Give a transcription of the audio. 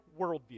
worldview